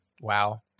wow